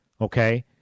Okay